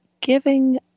giving